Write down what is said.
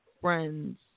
friends